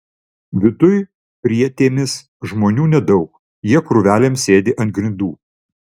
viduj prietėmis žmonių nedaug jie krūvelėm sėdi ant grindų